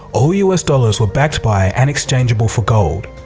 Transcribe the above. all us dollars were backed by and exchangeable for gold.